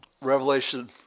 Revelation